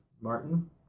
Martin